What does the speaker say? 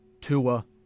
Tua